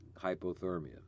hypothermia